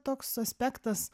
toks aspektas